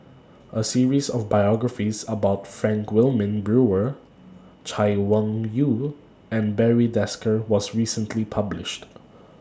A series of biographies about Frank Wilmin Brewer Chay Weng Yew and Barry Desker was recently published